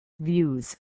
views